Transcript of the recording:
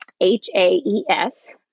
h-a-e-s